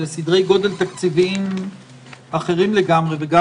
אלה סדרי גודל תקציביים אחרים לגמרי וגם